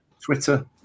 Twitter